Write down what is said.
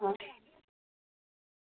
अं